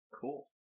Cool